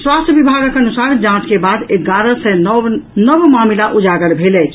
स्वास्थ्य विभागक अनुसार जांच के बाद एगारह सय नओ नव मामिला उजागर भेल अछि